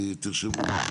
תרשמו.